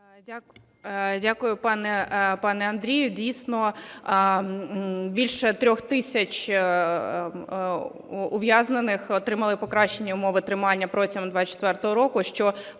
Дякую, пане Андрію. Дійсно, більше 3 тисяч ув'язнених отримали покращені умови тримання протягом 24-го року, що